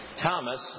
Thomas